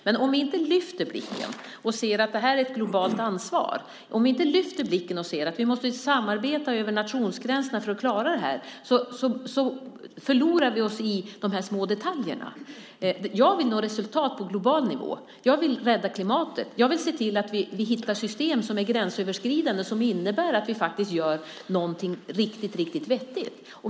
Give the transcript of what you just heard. Men om vi inte lyfter blicken och ser att det här är ett globalt ansvar, om vi inte lyfter blicken och ser att vi måste samarbeta över nationsgränserna för att klara det här förlorar vi oss i de här smådetaljerna. Jag vill nå resultat på global nivå. Jag vill rädda klimatet. Jag vill se till att vi hittar system som är gränsöverskridande, som innebär att vi gör någonting riktigt, riktigt vettigt.